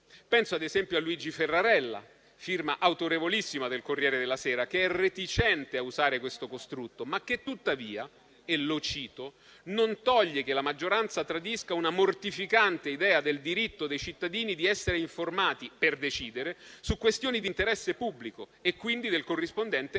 penso ad esempio a Luigi Ferrarella, firma autorevolissima del «Corriere della sera», che è reticente a usare questo costrutto, ma che tuttavia ha scritto che: «non toglie che la maggioranza tradisca una mortificante idea del diritto dei cittadini di essere informati (per decidere) su questioni di interesse pubblico e quindi del corrispondente compito